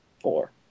four